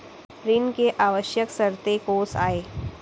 ऋण के आवश्यक शर्तें कोस आय?